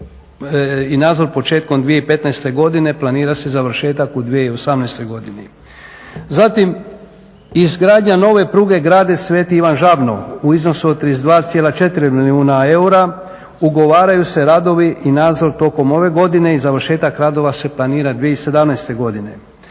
i nazor početkom 2015. godine, planira se završetak u 2018. godini. Zatim, izgradnja nove pruge gradi Sv. Ivan Žabno u iznosu od 32,4 milijuna eura, ugovaraju se radovi i nadzor tokom ove godine i završetak radova se planira 2017. godine.